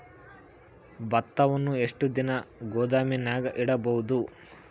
ಭತ್ತವನ್ನು ಎಷ್ಟು ದಿನ ಗೋದಾಮಿನಾಗ ಇಡಬಹುದು?